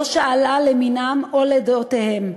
לא שאלה למינם או לדעותיהם.